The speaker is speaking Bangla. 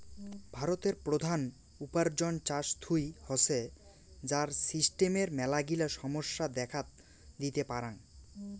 ভারতের প্রধান উপার্জন চাষ থুই হসে, যার সিস্টেমের মেলাগিলা সমস্যা দেখাত দিতে পারাং